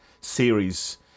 series